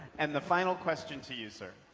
and the final question to you, so